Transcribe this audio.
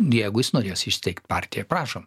jeigu jis norės įsteigt partiją prašom